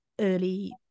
early